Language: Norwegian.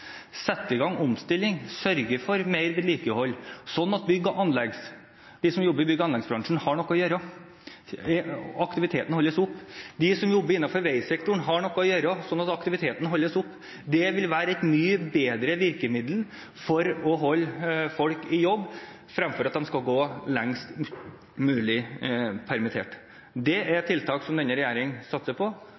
sette i gang aktivitet, sette i gang omstilling, sørge for mer vedlikehold, sånn at de som jobber i bygg- og anleggsbransjen, har noe å gjøre og aktiviteten holdes oppe, at de som jobber innenfor veisektoren, har noe å gjøre, sånn at aktiviteten holdes oppe. Det vil være et mye bedre virkemiddel for å holde folk i jobb fremfor at de skal gå lengst mulig permittert. Tiltak som denne regjeringen satser på,